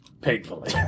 Painfully